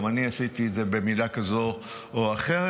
גם אני עשיתי את זה במידה כזו או אחרת.